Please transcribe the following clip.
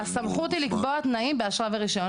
הסמכות היא לקבוע תנאים באשרה וברישיון,